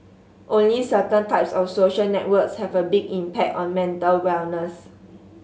only certain types of social networks have a big impact on mental wellness